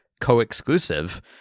co-exclusive